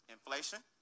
Inflation